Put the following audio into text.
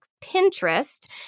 Pinterest